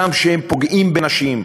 גם כשהם פוגעים בנשים,